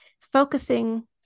focusing